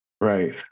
right